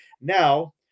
Now